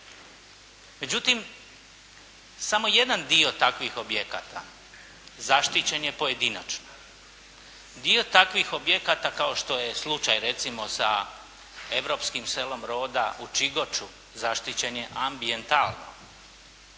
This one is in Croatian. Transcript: Međutim, samo jedan dio takvih objekata zaštićen je pojedinačno. Dio takvih objekata kao što je slučaj, recimo sa europskim selom roda u Čigoču, zaštićen je ambijentalno.